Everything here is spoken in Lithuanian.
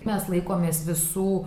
mes laikomės visų